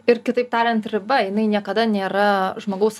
ir kitaip tariant riba jinai niekada nėra žmogaus